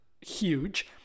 huge